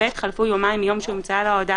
(ב)חלפו יומיים מיום שהומצאה לו ההודעה